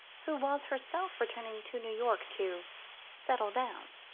who was herself returning to new york to settle down.